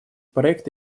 проект